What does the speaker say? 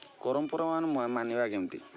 ଗରମ ପରବ୍ ମାନିବା କେମିତି